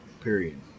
period